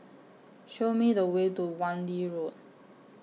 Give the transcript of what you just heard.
Show Me The Way to Wan Lee Road